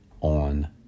on